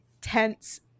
tense